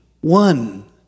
one